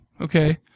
Okay